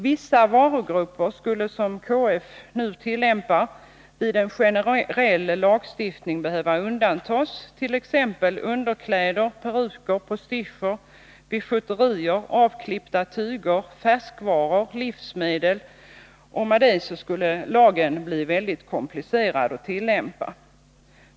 Vissa varugrupper skulle — med tanke på KF:s nuvarande tillämpning av bestämmelserna — vid en generell lagstiftning behöva undantas, t.ex. underkläder, peruker, postischer, bijouterier, avklippta tyger, färskvaror och livsmedel. Med det skulle lagen bli mycket komplicerad att tillämpa.